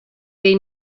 they